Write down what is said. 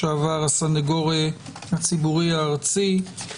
לשעבר הסנגור הציבורי הארצי.